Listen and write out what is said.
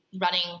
running